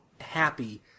happy